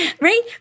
right